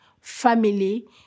family